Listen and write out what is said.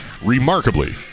Remarkably